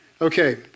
Okay